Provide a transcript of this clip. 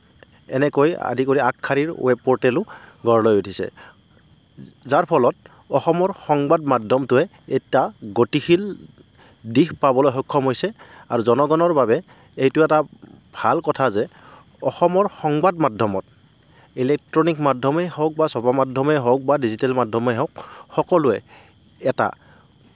এনেকৈ আদি কৰি আগশাৰীৰ ৱেব পৰ্টেলো গঢ় লৈ উঠিছে যাৰ ফলত অসমৰ সংবাদ মাধ্যমটোৱে এটা গতিশীল দিশ পাবলৈ সক্ষম হৈছে আৰু জনগণৰ বাবে এইটো এটা ভাল কথা যে অসমৰ সংবাদ মাধ্যমত ইলেক্ট্ৰনিক মাধ্যমেই হওঁক বা চপা মাধ্যমেই হওঁক বা ডিজিটেল মাধ্যমেই হওঁক সকলোৱে এটা